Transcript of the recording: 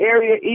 Area